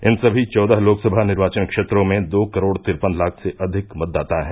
इन सभी चौदह लोकसभा निर्वाचन क्षेत्रों में दो करोड़ तिरपन लाख से अधिक मतदाता है